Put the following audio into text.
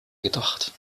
gedacht